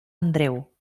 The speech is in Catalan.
andreu